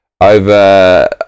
over